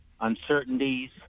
uncertainties